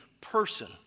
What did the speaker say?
person